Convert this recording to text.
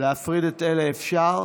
להפריד את אלה אפשר?